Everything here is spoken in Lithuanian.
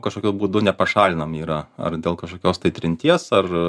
kažkokiu būdu nepašalinami yra ar dėl kažkokios tai trinties ar